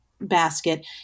basket